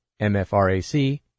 MFRAC